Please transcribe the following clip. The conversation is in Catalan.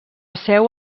seu